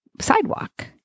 sidewalk